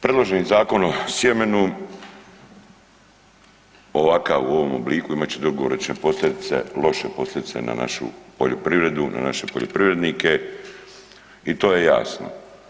Predloženim Zakonom o sjemenu ovakav u ovom obliku imat će dugoročne posljedice, loše posljedice na našu poljoprivredu, na naše poljoprivrednike i to je jasno.